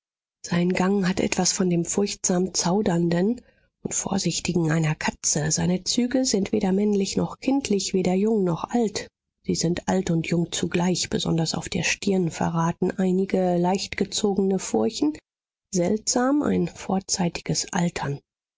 sein gang hat etwas von dem furchtsam zaudernden und vorsichtigen einer katze seine züge sind weder männlich noch kindlich weder jung noch alt sie sind alt und jung zugleich besonders auf der stirn verraten einige leicht gezogene furchen seltsam ein vorzeitiges altern